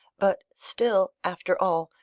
but still, after all,